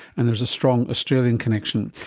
and there's a strong australian connection.